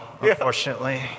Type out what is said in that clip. unfortunately